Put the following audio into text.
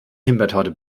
himbeertorte